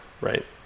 right